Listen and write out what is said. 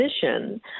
position